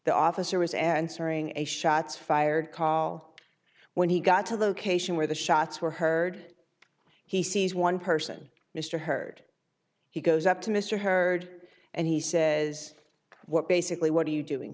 the officer was answering a shots fired call when he got to the location where the shots were heard he sees one person mr hurd he goes up to mr hurd and he says what basically what are you doing